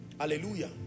hallelujah